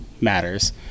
matters